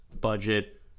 budget